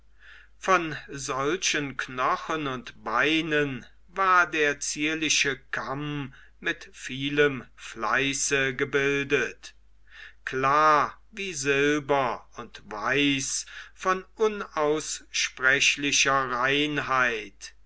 von solchen knochen und beinen war der zierliche kamm mit vielem fleiße gebildet klar wie silber und weiß von unaussprechlicher reinheit